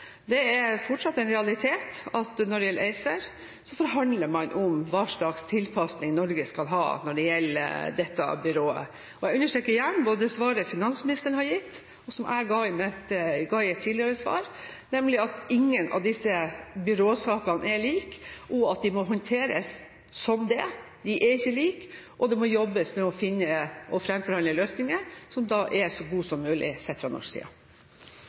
Det er fortsatt en realitet at når det gjelder ACER, forhandler man om hva slags tilpasning Norge skal ha til dette byrået. Jeg understreker igjen både svaret finansministeren har gitt, og svaret jeg ga tidligere, nemlig at ingen av disse byråsakene er like, og at de må håndteres som det. De er ikke like, og det må jobbes med å framforhandle løsninger som er så gode som mulig sett fra norsk side.